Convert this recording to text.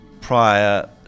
prior